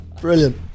Brilliant